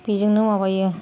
बेजोंनो माबायो